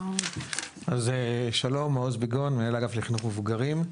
אז שלום, מעוז ביגון, מנהל האגף לחינוך מבוגרים.